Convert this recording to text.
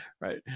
right